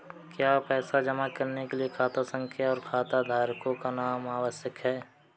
क्या पैसा जमा करने के लिए खाता संख्या और खाताधारकों का नाम आवश्यक है?